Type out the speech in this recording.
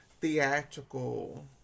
theatrical